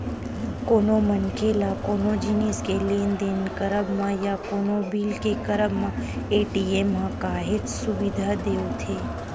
कोनो मनखे ल कोनो जिनिस के लेन देन करब म या कोनो बिल पे करब म पेटीएम ह काहेच सुबिधा देवथे